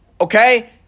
Okay